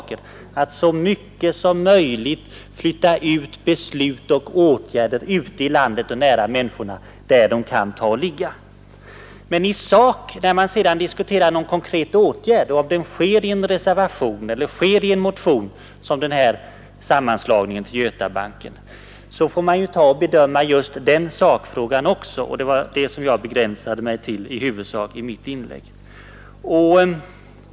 Vi vill så mycket som möjligt flytta beslut och åtgärder ut i landet och nära människorna. När man sedan i sak diskuterar någon konkret åtgärd i anslutning till en motion eller reservation, som den här sammanslagningen till Götabanken, får man bedöma den aktuella frågan. Det var detta jag begränsade mig till i mitt första inlägg.